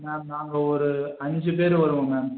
ma'am நாங்கள் ஒரு அஞ்சு பேர் வருவோம் மேம்